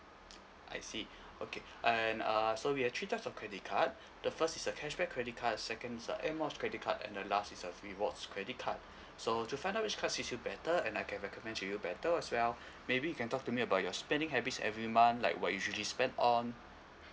I see okay and uh so we have three types of credit card the first is a cashback credit card second is a air miles credit card and the last is a rewards credit card so to find out which card suits you better and I can recommend to you better as well maybe you can talk to me about your spending habits every month like what you usually spend on